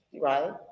right